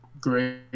great